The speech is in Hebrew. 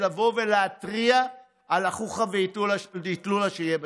לבוא להתריע על החוכא ואטלולא שיהיו בשטח.